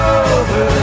over